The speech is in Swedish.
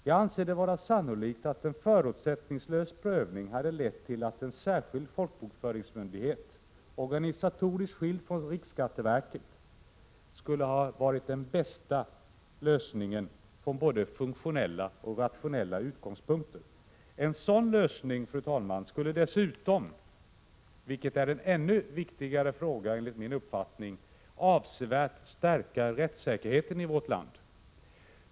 Jag anser det vara sannolikt att en förutsättningslös prövning hade lett till att en särskild folkbokföringsmyndighet, organisatoriskt skild från riksskatteverket, hade ansetts vara den bästa lösningen från både funktionella och rationella utgångspunkter. En sådan lösning skulle dessutom — vilket enligt min uppfattning är ännu viktigare — avsevärt stärka rättssäkerheten i vårt land.